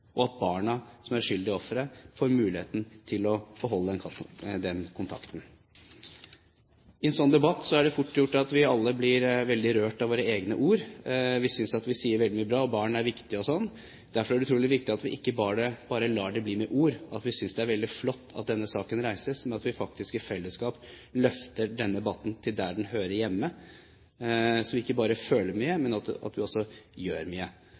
og at barna, som er uskyldige ofre, får muligheten til å holde kontakten. I en sånn debatt er det fort gjort at vi alle blir rørt av våre egne ord. Vi synes at vi sier veldig mye bra, at barn er viktig og sånn. Derfor er det utrolig viktig at vi ikke bare lar det bli med ord at vi synes det er veldig flott at denne saken reises, men at vi faktisk i fellesskap løfter denne debatten dit den hører hjemme, slik at vi ikke bare føler mye, men at vi også gjør mye.